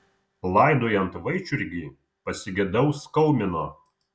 laidojant vaičiurgį pasigedau skaumino